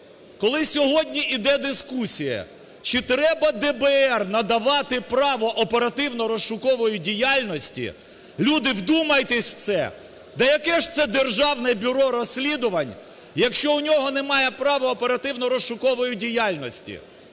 Коли сьогодні іде дискусія, чи треба ДБР надавати право оперативно-розшукової діяльності – люди, вдумайтесь в це! – та яке ж це Державне бюро розслідувань, якщо у нього немає є права оперативно-розшукової діяльності.